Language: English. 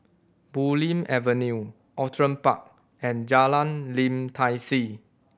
Bulim Avenue Outram Park and Jalan Lim Tai See